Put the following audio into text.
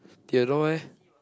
Theodore eh